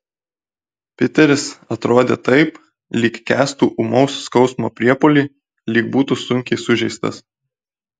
piteris atrodė taip lyg kęstų ūmaus skausmo priepuolį lyg būtų sunkiai sužeistas